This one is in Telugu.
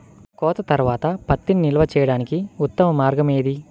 కోత తర్వాత పత్తిని నిల్వ చేయడానికి ఉత్తమ మార్గం ఏది?